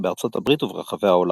בארצות הברית וברחבי העולם.